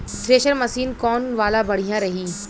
Thresher machine कौन वाला बढ़िया रही?